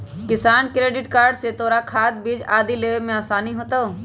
किसान credit card से तोरा खाद, बीज आदि लेवे में आसानी होतउ